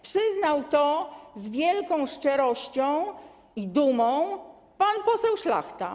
Przyznał to z wielką szczerością i dumą pan poseł Szlachta.